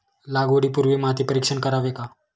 लागवडी पूर्वी माती परीक्षण करावे का?